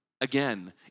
again